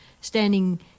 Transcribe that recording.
standing